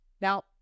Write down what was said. Now